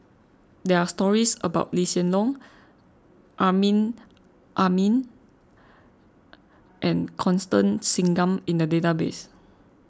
there are stories about Lee Hsien Loong Amrin Amin and Constance Singam in the database